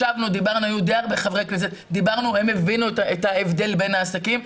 ישבנו, דיברנו, הם הבינו את ההבדל בין העסקים.